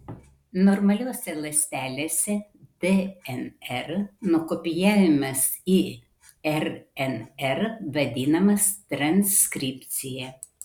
normaliose ląstelėse dnr nukopijavimas į rnr vadinamas transkripcija